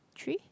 three